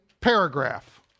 paragraph